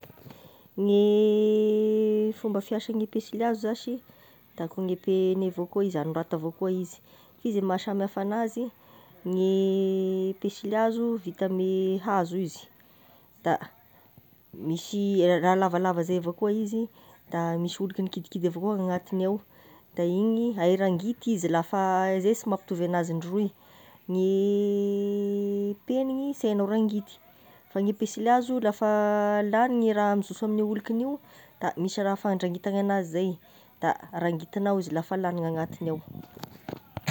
Gne fomba fiasagne pensily hazo zashy da akoa gne peny avao koa izy agnorata avao koa izy, f'izy ny maha samihafa anazy gne pensily hazo vita amigne hazo izy, da misy raha lavalava zay avao koa izy, da misy olikiny kidikidy avao koa agnatiny ao, de igny hay rangity izy lafa zey sy mampitovy anazy ndroy, ny pegniny sy haignao rangity, fa ny pensily hazo lafa lany igny raha mizoso olikiny amigny io de misy raha fandrangitagna anazy zey, da rangitignao izy lafa lany gn'anatiny ao.